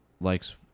likes